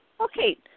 Okay